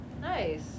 Nice